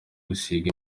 gusiga